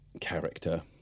character